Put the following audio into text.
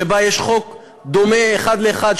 שבה יש חוק דומה אחד לאחד,